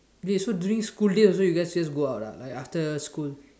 okay so during school days you guys also just go out ah like after school